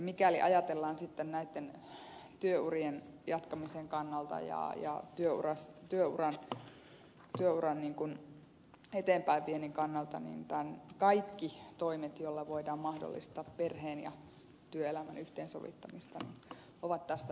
mikäli ajatellaan sitten työurien jatkamisen kannalta ja työuran eteenpäinviennin kannalta niin kaikki toimet joilla voidaan mahdollistaa perheen ja työelämän yhteensovittamista ovat tässä yhteiskunnassa tarpeen